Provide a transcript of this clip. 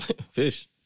Fish